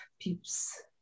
peeps